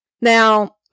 Now